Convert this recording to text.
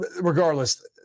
regardless